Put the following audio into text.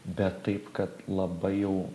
bet taip kad labai jau